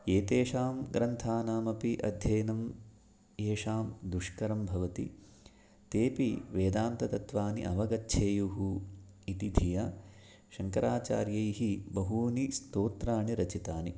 एतेषां ग्रन्थानमपि अध्ययनम् एषां दुष्करं भवति तेऽपि वेदान्ततत्वानि अवगच्छेयुः इति धिया शङ्कराचार्यैः बहूनि स्तोत्राणि रचितानि